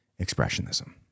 Expressionism